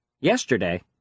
Yesterday